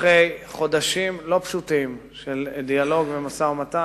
אחרי חודשים לא פשוטים של דיאלוג ומשא-ומתן,